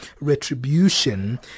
retribution